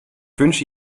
wünsche